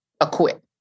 acquit